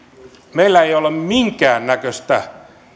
meillä ei ole minkäännäköistä